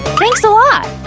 thanks a lot!